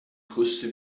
größte